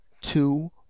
two